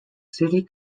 city